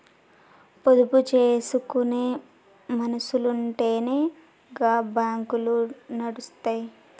పొదుపు జేసుకునే మనుసులుంటెనే గా బాంకులు నడుస్తయ్